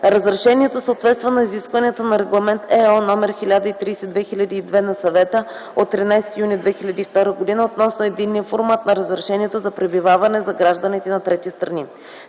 Разрешението съответства на изискванията на Регламент /ЕО/ № 1030/2002 на Съвета от 13 юни 2002 г. относно единния формат на разрешенията за пребиваване за гражданите на трети страни.